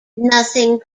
nothing